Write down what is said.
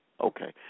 Okay